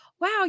wow